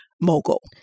mogul